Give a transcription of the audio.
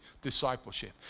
discipleship